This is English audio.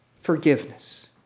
forgiveness